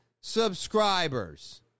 subscribers